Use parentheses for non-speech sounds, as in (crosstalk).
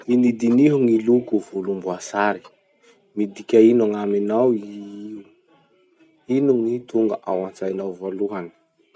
(noise) Dinidiniho gny loko volomboasary. (noise) Midika ino gn'aminao io? Ino gny tonga ao antsainoao voalohany.